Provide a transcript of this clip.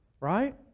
Right